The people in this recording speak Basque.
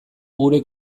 gure